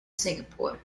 singapore